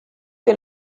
que